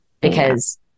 because-